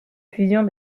fusion